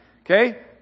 okay